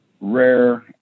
rare